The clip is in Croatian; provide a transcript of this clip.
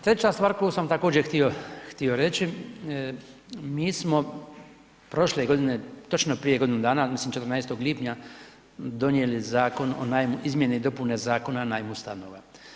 Treća stvar koju sam također htio reći, mi smo prošle godine, točno prije godinu dana, mislim 14. lipnja donijeli zakon o izmjeni i dopuni Zakona o najmu stanova.